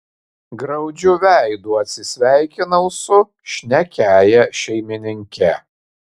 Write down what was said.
graudžiu veidu atsisveikinau su šnekiąja šeimininke